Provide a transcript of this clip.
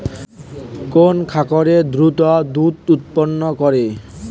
কোন খাকারে দ্রুত দুধ উৎপন্ন করে?